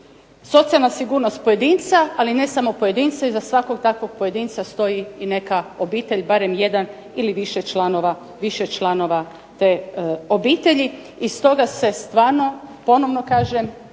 Socijalna sigurnost pojedinca, a ne samo pojedinca, iza svakog takvog pojedinca i stoji neka obitelj, barem jedan ili više članova te obitelji i stoga se stvarno, ponovno kažem,